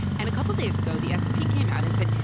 and a couple days ago, the s and p came out and said,